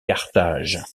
carthage